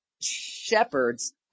shepherds